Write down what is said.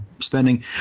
spending